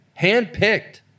handpicked